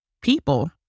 people